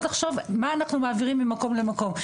לחשוב מה אנחנו מעבירים ממקום למקום.